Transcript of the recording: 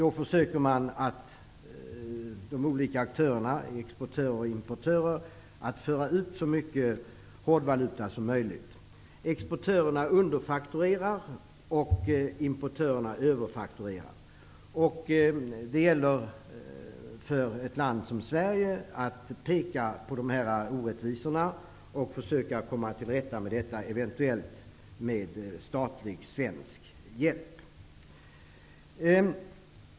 De olika aktörerna -- exportörer och importörer -- försöker föra ut så mycket hårdvaluta som möjligt. Exportörerna underfakturerar, och importörerna överfakturerar. Det gäller för ett land som Sverige att peka på dessa orättvisor och försöka komma till rätta med dem, eventuellt med statlig svensk hjälp.